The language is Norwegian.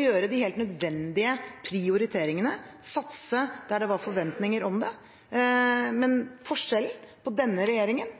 gjøre de helt nødvendige prioriteringene, satse der det var forventninger om det. Men forskjellen på denne regjeringen